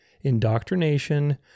Indoctrination